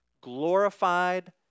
glorified